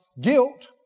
guilt